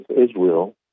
Israel